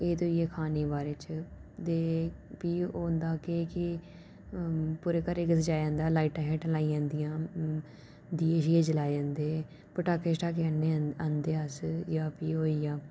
एह् ते होइया खाने दे बारै च ते प्ही ओह् होंदा केह् कि के पूरे घरै गी सजाया जंदा लाइटां शाइटां जलाई जंदियां दीए शीए जलाए जंदे पटाखे शटाखे आह्नदे अस जां प्ही ओह् होइया